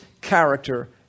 character